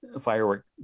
firework